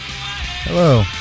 Hello